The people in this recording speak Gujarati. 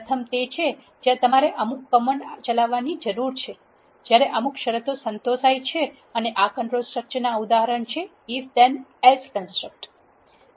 પ્રથમ તે છે જ્યાં તમારે અમુક કમાન્ડ ચલાવવાની જરૂર હોય છે જ્યારે અમુક શરતો સંતોષાય છે અને આ કંટ્રોલ સ્ટ્રક્ચર ના ઉદાહરણ છે if then else કન્સટ્રક્ટ